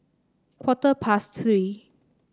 quarter past Three